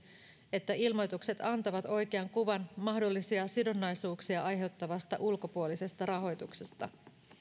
että ilmoitukset antavat oikean kuvan mahdollisia sidonnaisuuksia aiheuttavasta ulkopuolisesta rahoituksesta